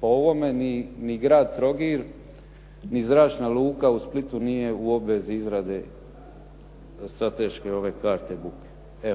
po ovome ni grad Trogir ni zračna luka u Splitu nije u obvezi izrade strateške ove karte buke.